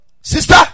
Sister